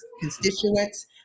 constituents